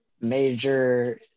major